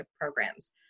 programs